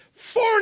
four